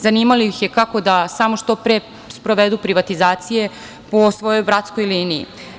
Zanimalo ih je kako da samo što pre sprovedu privatizacije po svoj bratskoj liniji.